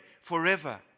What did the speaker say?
forever